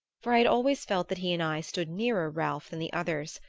for i had always felt that he and i stood nearer ralph than the others,